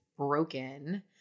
broken